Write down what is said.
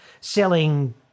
selling